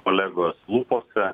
kolegos lūpose